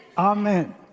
Amen